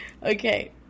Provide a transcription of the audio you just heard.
Okay